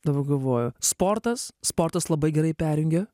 dabar galvoju sportas sportas labai gerai perjungia